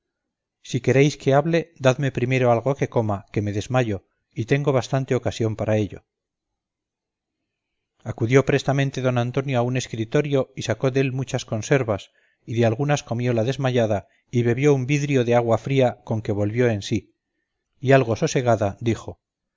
si queréis que hable dadme primero algo que coma que me desmayo y tengo bastante ocasión para ello acudió prestamente don antonio a un escritorio y sacó dél muchas conservas y de algunas comió la desmayada y bebió un vidrio de agua fría con que volvió en sí y algo sosegada dijo